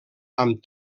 amb